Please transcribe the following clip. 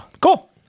cool